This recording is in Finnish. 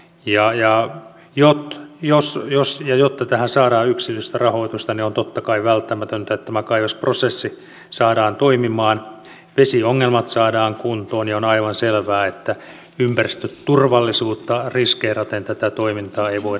gia ja joutuu jos jos ja jotta tähän saadaan yksityistä rahoitusta niin on totta kai välttämätöntä että tämä kaivosprosessi saadaan toimimaan vesiongelmat saadaan kuntoon ja on aivan selvää että ympäristöturvallisuutta riskeeraten tätä toimintaa ei voida jatkaa